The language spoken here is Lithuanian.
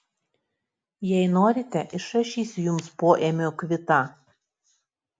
jei norite išrašysiu jums poėmio kvitą